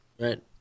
Right